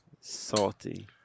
salty